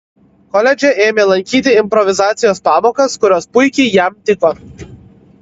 koledže ėmė lankyti improvizacijos pamokas kurios puikiai jam tiko